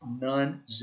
none